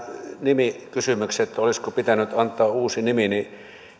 nimikysymyksistä olisiko pitänyt antaa uusi nimi